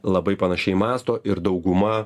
labai panašiai mąsto ir dauguma